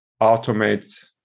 automate